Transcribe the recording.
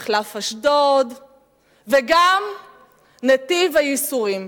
מחלף אשדוד וגם נתיב הייסורים.